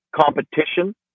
competition